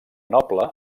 noble